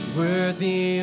worthy